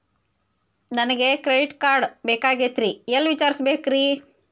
ನನಗೆ credit card ಬೇಕಾಗಿತ್ರಿ ಎಲ್ಲಿ ವಿಚಾರಿಸಬೇಕ್ರಿ?